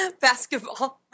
Basketball